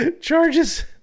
Charges